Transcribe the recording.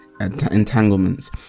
entanglements